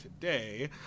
today